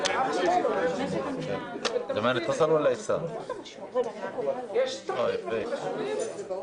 שקשור בהתמודדות עם העריצות המשפטית של היועץ המשפטי לממשלה בהקשר